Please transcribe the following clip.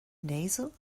nasal